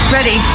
Ready